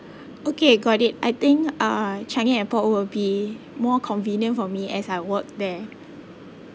okay got it I think uh changi airport will be more convenient for me as I work there